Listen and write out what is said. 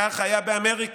"כך היה באמריקה.